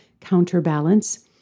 counterbalance